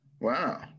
wow